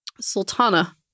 Sultana